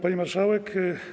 Pani Marszałek!